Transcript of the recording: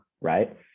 right